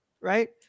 right